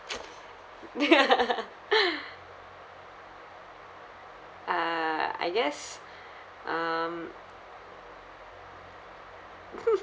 ah I guess um